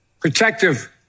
protective